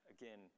Again